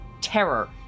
terror